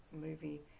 movie